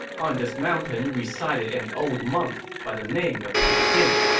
on this mountain resided an old monk by the name of pu jing.